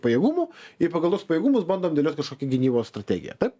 pajėgumų ir pagal tuos pajėgumus bandom dėliot kažkokią gynybos strategiją taip